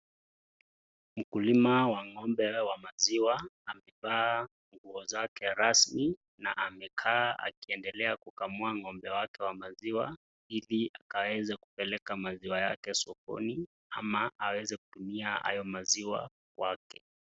Mkulima wa ng'ombe wa maziwa amevaa nguo zake rasmi na amekaa akiendelea kukamua ng'ombe wake wa maziwa ili akaweze kupeleka maziwa yake sokoni ama aweze kutumia hayo maziwa kwake.